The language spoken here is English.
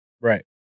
Right